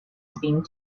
seemed